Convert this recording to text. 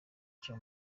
cyo